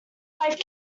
life